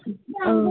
आं